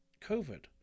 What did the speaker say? COVID